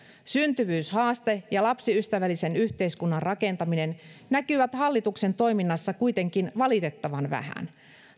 syntyvyyshaaste ja lapsiystävällisen yhteiskunnan rakentaminen näkyvät hallituksen toiminnassa kuitenkin valitettavan vähän